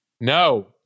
No